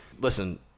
Listen